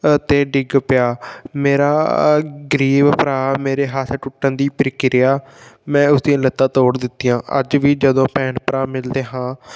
'ਤੇ ਡਿੱਗ ਪਿਆ ਮੇਰਾ ਗਰੀਬ ਭਰਾ ਮੇਰੇ ਹੱਥ ਟੁੱਟਣ ਦੀ ਪ੍ਰਕਿਰਿਆ ਮੈਂ ਉਸਦੀਆਂ ਲੱਤਾਂ ਤੋੜ ਦਿੱਤੀਆਂ ਅੱਜ ਵੀ ਜਦੋਂ ਭੈਣ ਭਰਾ ਮਿਲਦੇ ਹਾਂ